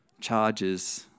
charges